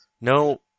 No